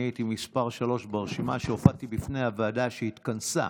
הייתי מס' שלוש ברשימה שהופיעה בפני הוועדה שהתכנסה